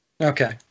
Okay